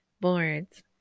boards